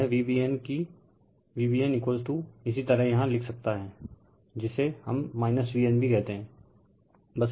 तो यह Vbn कि Vbn इसी तरह यहाँ लिख सकता हैं जिसे हम - Vnb कहते हैं